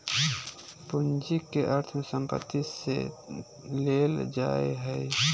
पूंजी के अर्थ संपत्ति से लेल जा हइ